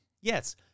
Yes